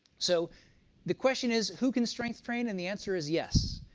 so the question is, who can strength train? and the answer is yes.